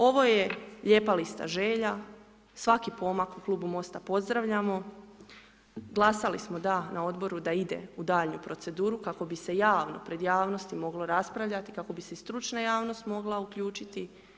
Ovo je lijepa lista želja, svaki pomak u Klubu MOST-a pozdravljamo, glasali smo DA na Odboru, da ide u daljnju proceduru kako bi se javno, pred javnosti moglo raspravljati, kako bi se i stručna javnost mogla uključiti.